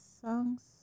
songs